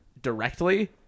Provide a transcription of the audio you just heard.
directly